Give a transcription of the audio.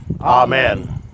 Amen